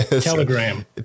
Telegram